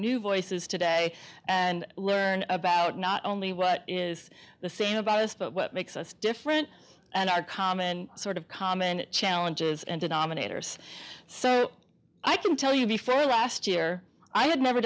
new voices today and learn about not only what is the same about us but what makes us different and our common sort of common challenges and denominators so i can tell you before last year i had never